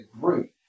group